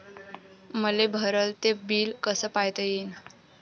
मले भरल ते बिल कस पायता येईन?